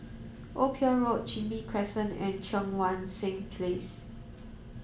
Old Pier Road Chin Bee Crescent and Cheang Wan Seng Place